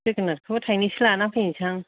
जोगोनारखौ थाइनैसो लानानै फैनोसां